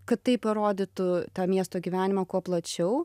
kad tai parodytų tą miesto gyvenimą kuo plačiau